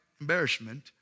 embarrassment